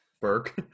Burke